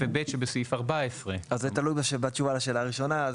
(א) ו-(ב) שבסעיף 14. זה תלוי בתשובה לשאלה הראשונה.